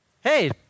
Hey